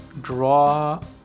draw